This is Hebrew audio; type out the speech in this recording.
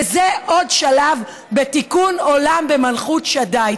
וזה עוד שלב בתיקון עולם במלכות שדי.